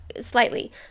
slightly